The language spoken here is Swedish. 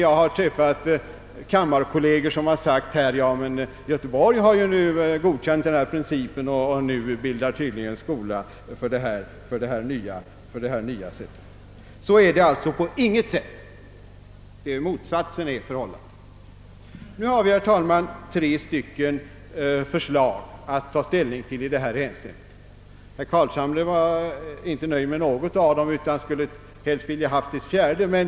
Jag har träffat kammarkolleger som sagt, att Göteborg har godkänt denna princip och nu tydligen bildat skola. Så förhåller det sig alltså ingalunda utan på rakt motsatt sätt. Vi har, herr talman, tre olika förslag att ta ställning till i detta ärende. Herr Carlshamre var inte nöjd med något av dem och hade helst sett att vi haft ett fjärde förslag.